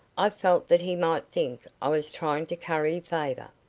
i felt that he might think i was trying to curry favour.